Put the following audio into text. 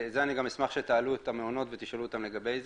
זה אני אשמח שתעלו את המעונות ותשאלו אותם לגבי זה.